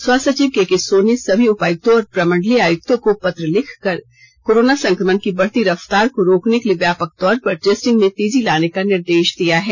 स्वास्थ्य सचिव केके सोन ने सभी उपायुक्तों और प्रमंडलीय आयुक्तों को पत्र भेजकर कोरोना संक्रमण की बढ़ती रफतार को रोकने को लिए व्यापक तौर पर टेस्टिंग में तेजी लाने का निर्देश दिया है